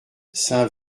saint